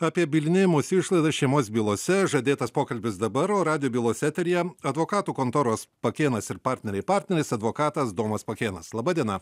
apie bylinėjimosi išlaidas šeimos bylose žadėtas pokalbis dabar o radijo bylos eteryje advokatų kontoros pakėnas ir partneriai partneris advokatas domas pakėnas laba diena